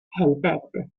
helvete